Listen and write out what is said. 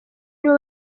nibo